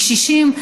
מקשישים,